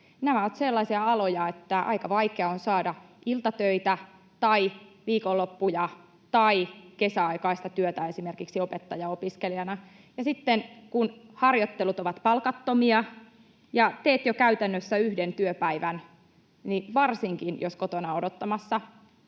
— ovat sellaisia aloja, että aika vaikeaa on saada iltatöitä tai viikonloppu- tai kesäaikaista työtä, esimerkiksi opettajaopiskelijana. Sitten kun harjoittelut ovat palkattomia ja teet jo käytännössä yhden työpäivän, niin varsinkin jos kotona on odottamassa